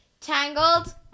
Tangled